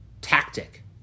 tactic